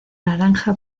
naranja